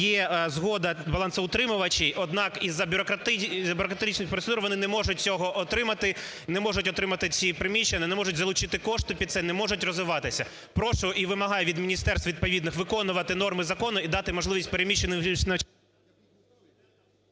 є згода балансоутримувачів, однак із-за бюрократичних процедур вони не можуть цього отримати і не можуть отримати ці приміщення, вони не можуть залучити кошти під це, не можуть розвиватися. Прошу і вимагаю від міністерств відповідних виконувати норми закону і дати можливість переміщеним… ГОЛОВУЮЧИЙ.